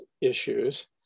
issues